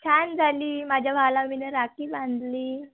छान झाली माझ्या भावाला मी राखी बांधली